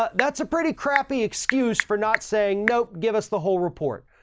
but that's a pretty crappy excuse for not saying, nope, give us the whole report.